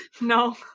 No